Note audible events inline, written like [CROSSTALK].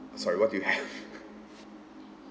sorry what do you have [NOISE]